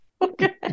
Okay